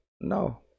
no